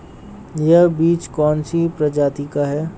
यह बीज कौन सी प्रजाति का है?